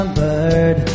bird